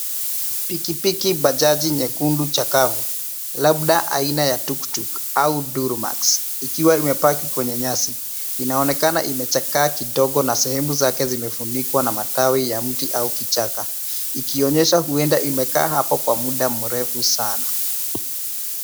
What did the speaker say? Pikipiki bajaji nyekundu chakavu, labda aina ya tuktuk au durmax ikiwa imepaki kwenye nyasi, inaonekana imechakaa kidogo na sehemu zake zimefunikwa na matawi ya mti au kichaka, ikionyesha huenda imekaa hapo kwa muda mrefu sana.